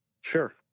Sure